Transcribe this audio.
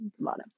bottom